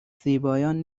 زیبایان